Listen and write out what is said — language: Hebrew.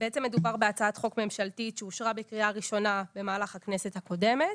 בעצם מדובר בהצעת חוק ממשלתית שאושרה בקריאה ראשונה במהלך הכנסת הקודמת,